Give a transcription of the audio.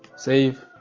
save